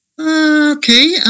okay